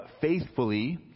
faithfully